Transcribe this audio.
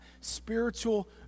spiritual